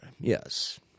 yes